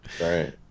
Right